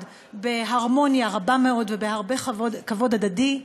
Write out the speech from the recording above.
בהרמוניה רבה מאוד ובהרבה כבוד הדדי,